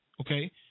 Okay